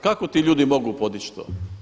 Kako ti ljudi mogu podići to?